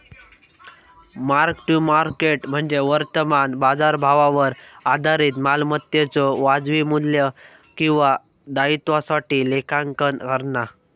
mark to market म्हणजे वर्तमान बाजारभावावर आधारित मालमत्तेच्यो वाजवी मू्ल्य किंवा दायित्वासाठी लेखांकन करणा